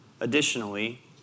Additionally